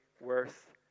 worth